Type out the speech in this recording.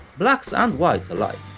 blacks and whites alike.